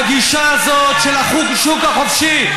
בגישה הזאת של השוק החופשי,